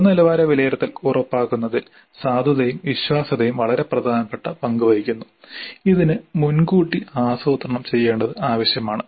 ഗുണനിലവാര വിലയിരുത്തൽ ഉറപ്പാക്കുന്നതിൽ സാധുതയും വിശ്വാസ്യതയും വളരെ പ്രധാനപ്പെട്ട പങ്ക് വഹിക്കുന്നു ഇതിന് മുൻകൂട്ടി ആസൂത്രണം ചെയ്യേണ്ടത് ആവശ്യമാണ്